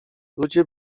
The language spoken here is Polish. ludzie